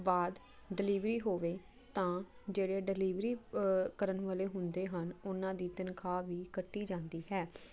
ਬਾਅਦ ਡਿਲੀਵਰੀ ਹੋਵੇ ਤਾਂ ਜਿਹੜੇ ਡਿਲੀਵਰੀ ਕਰਨ ਵਾਲੇ ਹੁੰਦੇ ਹਨ ਉਹਨਾਂ ਦੀ ਤਨਖਾਹ ਵੀ ਕੱਟੀ ਜਾਂਦੀ ਹੈ